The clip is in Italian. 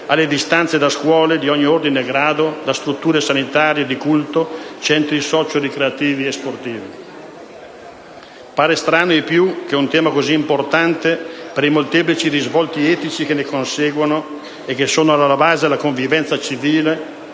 alle distanze da scuole di ogni ordine e grado, da strutture sanitarie, di culto, centri socio-ricreativi e sportivi. Pare strano ai più che un tema così importante per i molteplici risvolti etici che ne conseguono, che sono alla base della convivenza civile